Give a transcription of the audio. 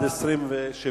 סעיף 1 נתקבל.